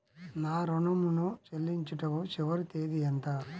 నా ఋణం ను చెల్లించుటకు చివరి తేదీ ఎంత?